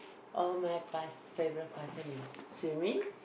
uh my past~ favorite pastime is swimming